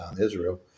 Israel